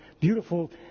beautiful